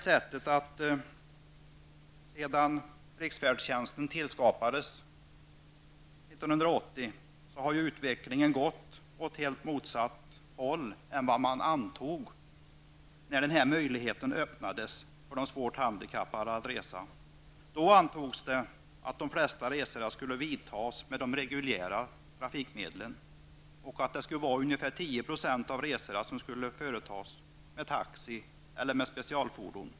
Sedan riksfärdtjänsten tillskapades 1980 har utvecklingen gått åt helt motsatt håll mot vad man antog när denna möjlighet att resa öppnades för de svårt handikappade. Då antogs det att de flesta resorna skulle företas med de reguljära trafikmedlen och att ungefär 10 % av resorna skulle företas med taxi eller specialfordon.